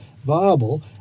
viable